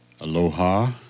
Aloha